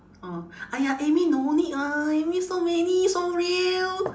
orh !aiya! amy no need ah amy so many showreel